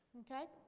okay?